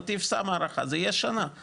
נתיב שם הערכה וזה כבר יהיה שנה,